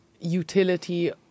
utility